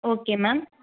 okay ma'am